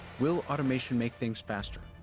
will automation make things faster?